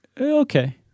Okay